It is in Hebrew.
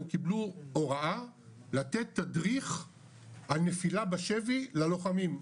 קיבלו הוראה לתת תדריך על נפילה בשני ללוחמים,